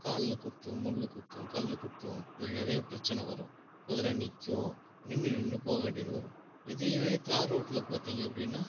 காலில் குத்தும் முள் குத்தும் கல் குத்தும் இதில் நிறைய பிரச்சனை வரும் குதிர நிற்கும் நின்று நின்று போக வேண்டியது வரும் இதுவே தார் ரோட்டில் பார்த்திங்க அப்படினா